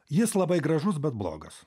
jis labai gražus bet blogas